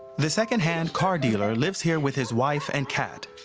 the secondhand car dealer lives here with his wife and cat.